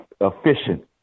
efficient